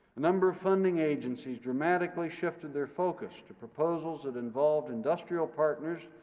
number of funding agencies dramatically shifted their focus to proposals that involved industrial partners,